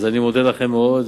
אני מודה לכם מאוד.